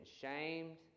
shamed